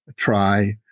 ah try,